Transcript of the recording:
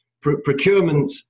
procurement